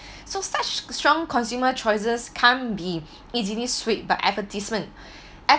so such strong consumer choices can't be easily swayed by advertisement